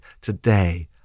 today